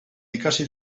ikasi